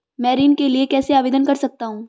मैं ऋण के लिए कैसे आवेदन कर सकता हूं?